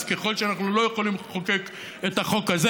אז ככל שאנחנו לא יכולים לחוקק את החוק הזה,